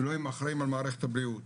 לא הם אחראים על מערכת הבריאות,